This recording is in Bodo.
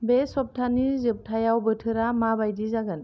बे सप्तानि जोबथायाव बोथोरा माबायदि जागोन